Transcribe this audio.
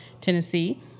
Tennessee